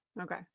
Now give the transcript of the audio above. Okay